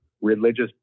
religious